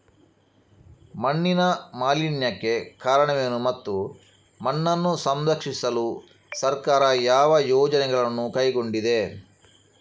ಮಣ್ಣಿನ ಮಾಲಿನ್ಯಕ್ಕೆ ಕಾರಣವೇನು ಮತ್ತು ಮಣ್ಣನ್ನು ಸಂರಕ್ಷಿಸಲು ಸರ್ಕಾರ ಯಾವ ಯೋಜನೆಗಳನ್ನು ಕೈಗೊಂಡಿದೆ?